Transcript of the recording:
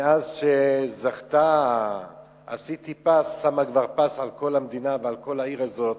מאז שזכתה "סיטיפס" שמה כבר פס על כל המדינה ועל כל העיר הזאת,